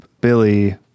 Billy